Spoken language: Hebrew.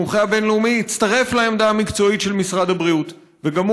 המומחה הבין-לאומי הצטרף לעמדה המקצועית של משרד הבריאות וגם